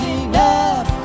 enough